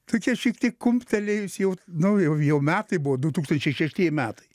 tokia šiek tiek kumptelėjus jau nu jau jau metai buvo du tūkstančiai šeštieji metai